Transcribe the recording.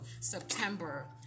September